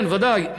כן, בוודאי.